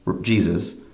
Jesus